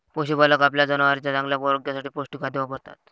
पशुपालक आपल्या जनावरांच्या चांगल्या आरोग्यासाठी पौष्टिक खाद्य वापरतात